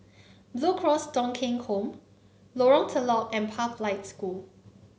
Blue Cross Thong Kheng Home Lorong Telok and Pathlight School